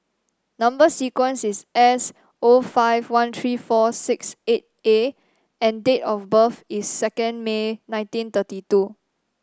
number sequence is S O five one three four six eight A and date of birth is second May nineteen thirty two